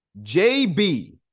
JB